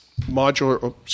modular